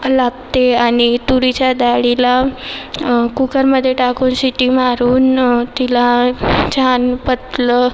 लागते आणि तुरीच्या डाळीला कुकरमध्ये टाकून शिट्टी मारून तिला छान पतलं